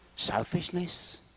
Selfishness